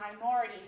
minorities